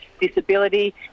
disability